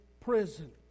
prison